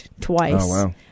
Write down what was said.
twice